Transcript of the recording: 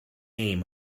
aim